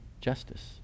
justice